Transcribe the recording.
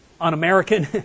un-American